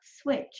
switch